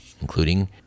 including